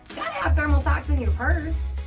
have thermal socks in your purse.